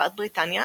מלבד בריטניה,